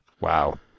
Wow